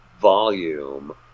volume